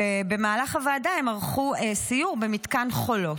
ובמהלך הוועדה הם ערכו סיור במתקן חולות.